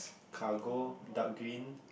cargo dark green